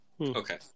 Okay